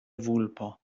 vulpo